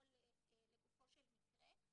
הכול לגופו של מקרה,